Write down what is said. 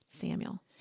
Samuel